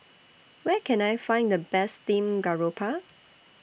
Where Can I Find The Best Steamed Garoupa